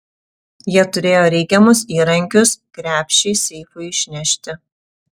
jie turėjo reikiamus įrankius krepšį seifui išnešti